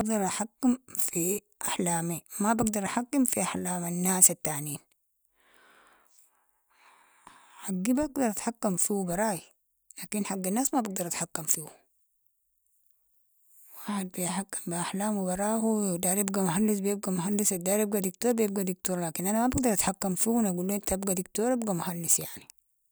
بقدر احكم في احلامي، ما بقدر في احلام الناس التانين، حقي بقدر اتحكم فيهو براي، لكن حق الناس ما بقدر اتحكم فيهو، الواحد بحكم في احلامو براهو داير يبقى مهندس بيبقى مهندس، الداير يبقى دكتور بيبقى دكتور، لكن انا ما بقدر اتحكم فيهم، اقول ليهم انت ابقى دكتور ابقى مهنددس يعني.